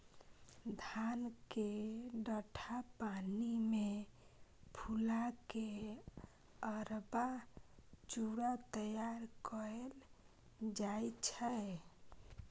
धान केँ ठंढा पानि मे फुला केँ अरबा चुड़ा तैयार कएल जाइ छै